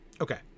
okay